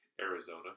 Arizona